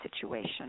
situation